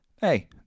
hey